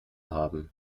haben